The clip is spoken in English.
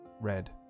Red